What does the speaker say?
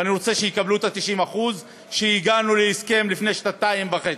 ואני רוצה שיקבלו את ה-90% שעליהם שהגענו להסכם לפני שנתיים וחצי.